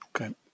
Okay